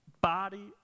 body